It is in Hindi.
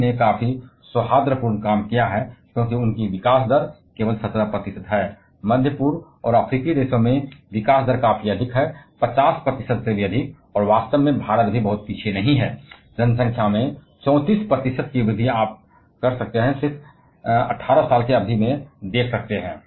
चीन ने काफी सौहार्दपूर्ण काम किया है क्योंकि उनकी विकास दर केवल 17 प्रतिशत है मध्य पूर्व और अफ्रीकी देशों में विकास दर काफी अधिक है 50 प्रतिशत से अधिक है और वास्तव में भारत भी बहुत पीछे नहीं है जनसंख्या में 34 प्रतिशत की वृद्धि आप कर सकते हैं सिर्फ 18 साल की अवधि में देखें